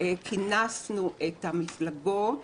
כאשר כינסנו את המפלגות